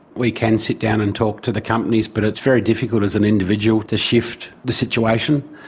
we can sit down and talk to the companies, but it's very difficult as an individual to shift the situation.